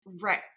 Right